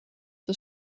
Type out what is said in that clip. the